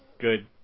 good